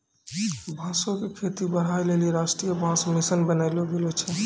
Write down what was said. बांसो क खेती बढ़ाय लेलि राष्ट्रीय बांस मिशन बनैलो गेलो छै